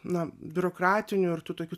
na biurokratinių ir tokių